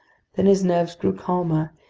then his nerves grew calmer,